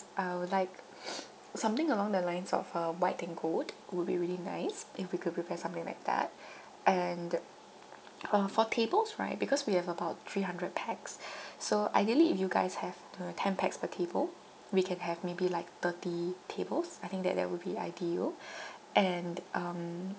I would like something along the lines of uh white and gold would be really nice if we could prepare something like that and uh for tables right because we have about three hundred pax so ideally if you guys have uh ten pax per table we can have maybe like thirty tables I think that that will be ideal and um